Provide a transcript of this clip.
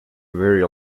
very